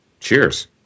Cheers